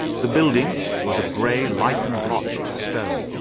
the building was of grey, lichen-blotched stone,